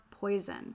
poison